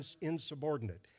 insubordinate